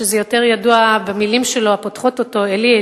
שידוע יותר במלים הפותחות אותו: "אלי,